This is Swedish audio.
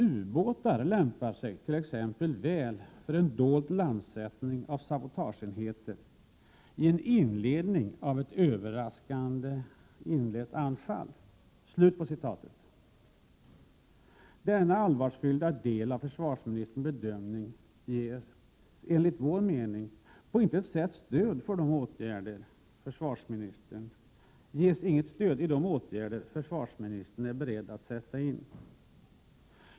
Ubåtar lämpar sig till exempel väl för en dold landsättning av sabotageenheter i en inledning av ett överraskande inlett anfall.” Denna allvarsfyllda del av försvarsministerns bedömning ger — enligt vår mening — på intet sätt stöd i de åtgärder försvarsministern är beredd att sätta in.